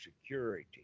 security